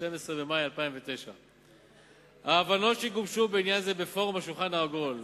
12 במאי 2009. ההבנות שגובשו בעניין זה בפורום "השולחן העגול"